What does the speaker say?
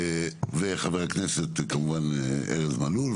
חבר הכנסת ארז מלול.